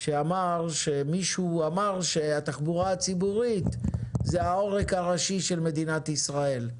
שאמר שמישהו אמר שהתחבורה הציבורית היא העורק הראשי של מדינת ישראל,